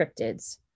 cryptids